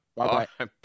Bye-bye